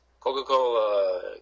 Coca-Cola